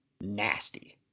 nasty